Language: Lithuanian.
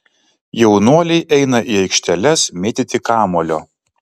jaunuoliai eina į aikšteles mėtyti kamuolio